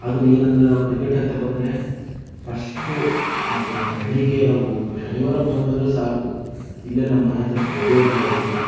ಅದುನು ಏನೆಂದರೆ ನಾವು ಕ್ರಿಕೆಟ್ ಅಂತ ಬಂದರೆ ಫಸ್ಟ್ ನಾವು ಬೆಳಿಗ್ಗೆ ನಾವು ಶನಿವಾರ ಬಂತೆಂದರೆ ಸಾಕು ಇಲ್ಲೇ ನಮ್ಮ ಮನೆ ಹತ್ತಿರ ಸ್ಟೇಡಿಯಮ್ ಎಲ್ಲ ಇತ್ತು